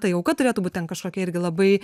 tai auka turėtų būt ten kažkokia irgi labai